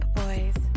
boys